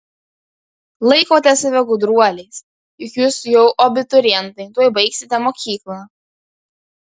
laikote save gudruoliais juk jūs jau abiturientai tuoj baigsite mokyklą